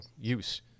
use